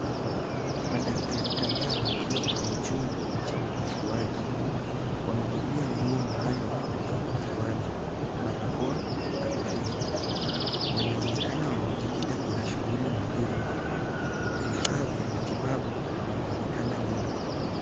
Madaktari kadhaa wakiwa kwenye chumba. Wamevalia nguo maalum za upasuaji, barakoa na kofia. Wanaonekana wamejikita kwenye shughuli muhimu. Vifaa vya matibabu vinaonekana nyuma.